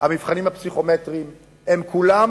המבחנים הפסיכומטריים הם כולם